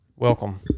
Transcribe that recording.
welcome